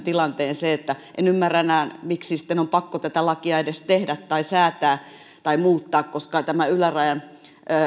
se että en ymmärrä enää miksi sitten on pakko tätä lakia edes säätää ja muuttaa koska ei tämä ylärajan